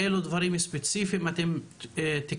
אילו דברים ספציפיים אתם תקדמו